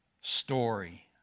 story